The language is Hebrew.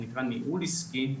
וזה נקרא ניהול עסקי.